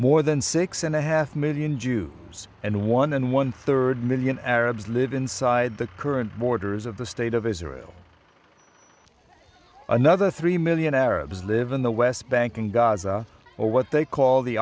more than six and a half million jews and one and one third million arabs live inside the current borders of the state of israel another three million arabs live in the west bank and gaza or what they call the